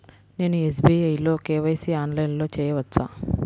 నేను ఎస్.బీ.ఐ లో కే.వై.సి ఆన్లైన్లో చేయవచ్చా?